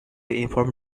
inform